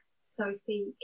sophie